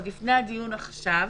עוד לפני הדיון עכשיו.